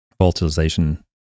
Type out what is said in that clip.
volatilization